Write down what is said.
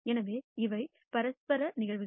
எனவே இவை பரஸ்பர நிகழ்வுகள்